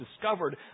discovered